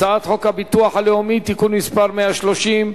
הצעת חוק הביטוח הלאומי (תיקון מס' 130)